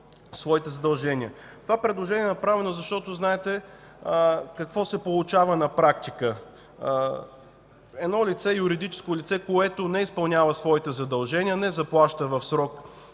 Това предложение е направено – знаете какво се получава на практика. Юридическо лице, което не изпълнява своите задължения, не заплаща в срок